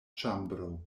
ĉambro